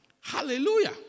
Hallelujah